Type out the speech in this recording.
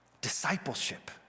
discipleship